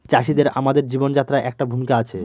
চাষিদের আমাদের জীবনযাত্রায় একটা ভূমিকা আছে